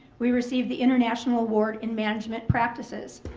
we received the international award in management practices.